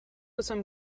some